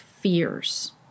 fears